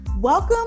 Welcome